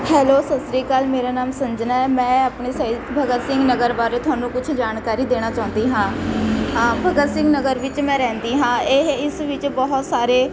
hello ਸਤਿ ਸ਼੍ਰੀ ਅਕਾਲ ਮੇਰਾ ਨਾਮ ਸੰਜਨਾ ਹੈ ਮੈਂ ਆਪਣੇ ਸਹੀਦ ਭਗਤ ਸਿੰਘ ਨਗਰ ਬਾਰੇ ਤੁਹਾਨੂੰ ਕੁਛ ਜਾਣਕਾਰੀ ਦੇਣਾ ਚਾਹੁੰਦੀ ਹਾਂ ਹਾਂ ਭਗਤ ਸਿੰਘ ਨਗਰ ਵਿੱਚ ਮੈਂ ਰਹਿੰਦੀ ਹਾਂ ਇਹ ਇਸ ਵਿੱਚ ਬਹੁਤ ਸਾਰੇ